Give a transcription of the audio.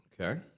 Okay